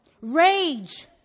Rage